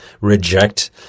reject